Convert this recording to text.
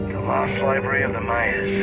lost library of the mayans.